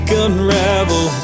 unravel